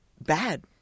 bad